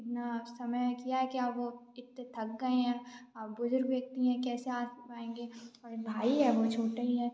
इतना समय किया है कि अब वो इतने थक गए हैं अब बुजुर्ग व्यक्ति हैं कैसे आ पाएंगे और भाई है वो छोटा ही है